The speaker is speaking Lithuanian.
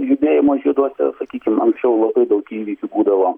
judėjimo žieduose sakykim anksčiau labai daug įvykių būdavo